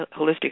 holistic